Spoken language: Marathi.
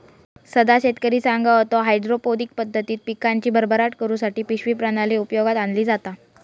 सदा शेतकरी सांगा होतो, हायड्रोपोनिक पद्धतीन पिकांची भरभराट करुसाठी पिशवी प्रणाली उपयोगात आणली जाता